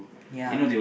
ya